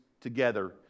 together